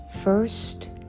first